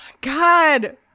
God